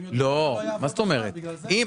מה זאת אומרת?